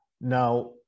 now